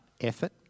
effort